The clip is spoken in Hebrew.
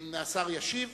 השר ישיב,